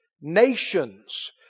nations